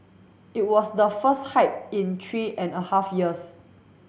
it was the first hike in three and a half years